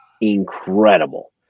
incredible